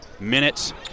minutes